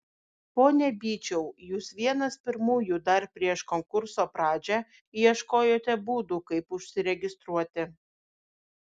pone byčiau jūs vienas pirmųjų dar prieš konkurso pradžią ieškojote būdų kaip užsiregistruoti